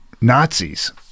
Nazis